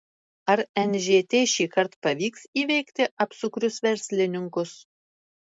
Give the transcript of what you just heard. ar nžt šįkart pavyks įveikti apsukrius verslininkus